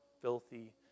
filthy